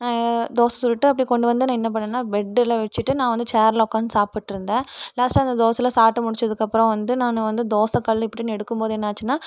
தோசை சுட்டுட்டு அப்படியே கொண்டு வந்து நான் என்ன பண்ணேன்னால் பெட்டில் வச்சிட்டு நான் வந்து சேர்ல உட்காந்து சாப்பிட்டு இருந்தேன் லாஸ்ட்டாக அந்த தோசைல்லாம் சாப்பிட்டு முடிச்சதுக்கு அப்புறம் வந்து நான் வந்து தோசை கல் இப்படின்னு எடுக்கும்போது என்னாச்சுன்னால்